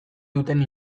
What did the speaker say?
duten